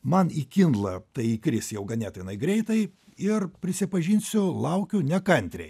man į kindlą tai įkris jau ganėtinai greitai ir prisipažinsiu laukiu nekantriai